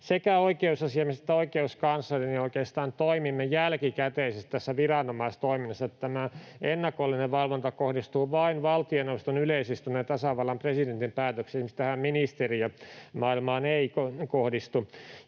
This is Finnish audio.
sekä oikeusasiamies että oikeuskansleri, oikeastaan toimimme jälkikäteisesti tässä viranomaistoiminnassa. Tämä ennakollinen valvonta kohdistuu vain valtioneuvoston yleisistunnon ja tasavallan presidentin päätöksiin, ja esimerkiksi tähän ministeriömaailmaan se ei kohdistu.